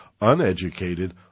uneducated